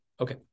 Okay